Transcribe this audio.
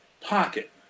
Pocket